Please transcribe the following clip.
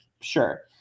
sure